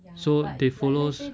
so they follows